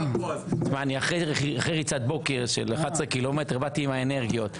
אני אחרי ריצת בוקר של 11 ק"מ, באתי עם האנרגיות.